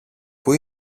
που